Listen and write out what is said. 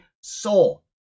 soul